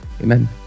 amen